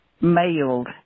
mailed